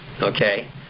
okay